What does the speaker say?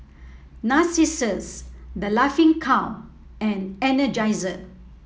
Narcissus The Laughing Cow and Energizer